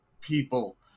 people